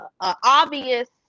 obvious